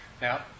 Now